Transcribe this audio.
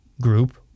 group